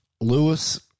Lewis